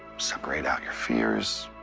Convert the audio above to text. separate out your fears,